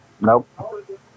Nope